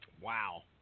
Wow